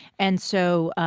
and so,